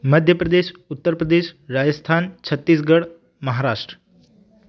Madhya Pradesh Uttar Pradesh Rajasthan Chhattisgarh Maharashtra